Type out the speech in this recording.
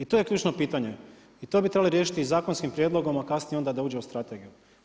I to je ključno pitanje i to bi trebali riješiti i zakonskim prijedlogom a kasnije onda da uđe u strategiju.